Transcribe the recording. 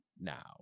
Now